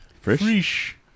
Fresh